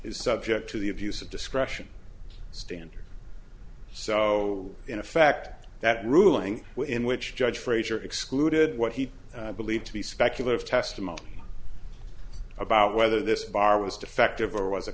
is subject to the abuse of discretion standard so in effect that ruling in which a judge frazier excluded what he believed to be speculative testimony about whether this bar was defective or w